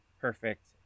perfect